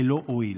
ללא הועיל.